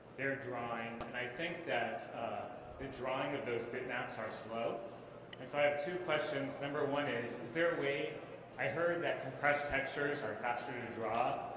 they're drawing. and i think that the drawing of those bit maps are slow. and so i have two questions. number one is, is there a way i heard that compressed textures are faster to draw,